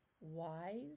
wise